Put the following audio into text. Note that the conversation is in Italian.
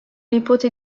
nipote